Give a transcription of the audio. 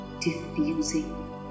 diffusing